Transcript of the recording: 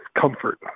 comfort